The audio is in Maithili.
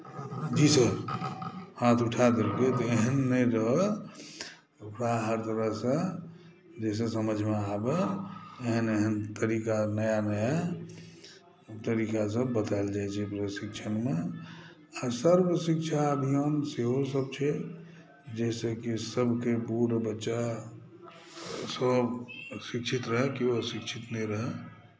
जी सर हाथ उठा देलकै तेहन नहि रहै ओकरा हर तरहसँ जे सँ समझमे आबै एहन एहन तरीका नया नया तरीका सभ बतायल जाइ छै प्रशिक्षणमे आ सर्वशिक्षा अभियान सेहो सभ छै जाहिसॅं कि सभके बूढ़ बच्चा सभ शिक्षित रहए कोइ अशिक्षित नहि रहए